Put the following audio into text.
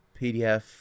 PDF